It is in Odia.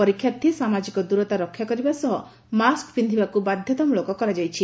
ପରୀକ୍ଷାର୍ଥୀ ସାମାଜିକ ଦ୍ରତା ରକ୍ଷା କରିବା ସହ ମାସ୍କ ପିନ୍ବିବାକୁ ବାଧତାମ୍ଳକ କରାଯାଇଛି